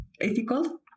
ethical